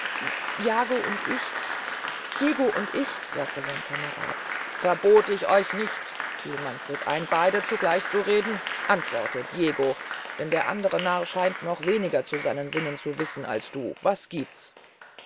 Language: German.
jago und ich diego und ich sagte sein kamerad verbot ich euch nicht fiel manfred ein beyde zugleich zu reden antworte diego denn der andere narr scheint noch weniger von seinen sinnen zu wissen als du was giebts